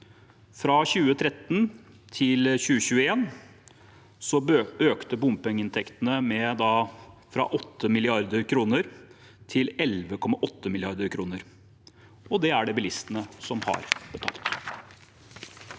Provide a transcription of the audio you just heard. Fra 2013 til 2021 økte bompengeinntektene fra 8 mrd. kr til 11,8 mrd. kr – og det er det bilistene som har betalt.